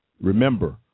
remember